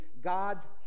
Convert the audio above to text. God's